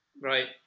right